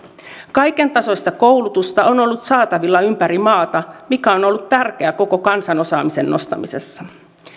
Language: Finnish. kaikentasoista koulutusta on ollut saatavilla ympäri maata mikä on ollut tärkeää koko kansan osaamisen nostamisessa